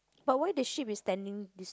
but why the sheep is standing this